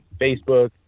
Facebook